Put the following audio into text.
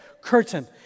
curtain